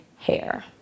hair